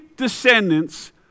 Descendants